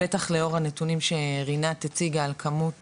בטח לאור הנתונים שרינת הציגה על כמות